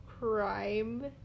crime